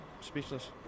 speechless